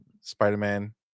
Spider-Man